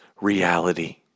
reality